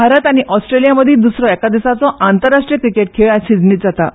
भारत आनी ऑस्ट्रेलिया मदीं दुसरी एका दिसाचो आंतरराष्ट्रीय क्रिकेट खेळ आयज सिडनींत जाता